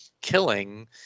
killing